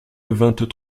vingt